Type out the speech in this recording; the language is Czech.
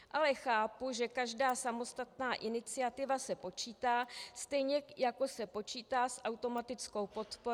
Ale chápu, že každá samostatná iniciativa se počítá, stejně jako se počítá s automatickou podporou KSČM.